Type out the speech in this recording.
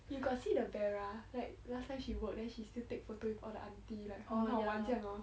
you got see the vera like last time she work then she still take photo with all the auntie like 很好玩这样 hor